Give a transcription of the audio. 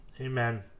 Amen